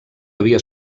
havia